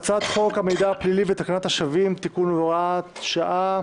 2. הצעת חוק המידע הפלילי ותקנת השבים (תיקון והוראת שעה)